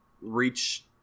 reach